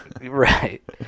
Right